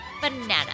banana